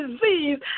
disease